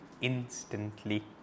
instantly